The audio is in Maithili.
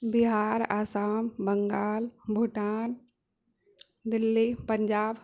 बिहार आसाम बङ्गाल भूटान दिल्ली पञ्जाब